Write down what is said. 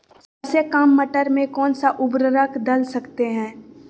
सबसे काम मटर में कौन सा ऊर्वरक दल सकते हैं?